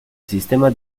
sistema